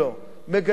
מגדלים אותו.